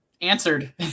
Answered